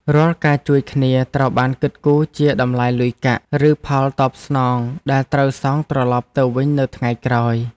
រាល់ការជួយគ្នាត្រូវបានគិតគូរជាតម្លៃលុយកាក់ ឬផលតបស្នងដែលត្រូវសងត្រលប់ទៅវិញនៅថ្ងៃក្រោយ។